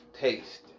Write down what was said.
taste